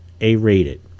A-rated